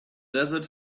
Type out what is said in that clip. desert